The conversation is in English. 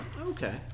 Okay